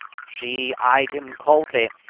she eyed him coldly,